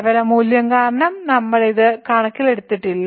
കേവല മൂല്യം കാരണം നമ്മൾ ഇത് കണക്കിലെടുത്തിട്ടില്ല